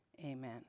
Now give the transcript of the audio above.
Amen